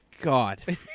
God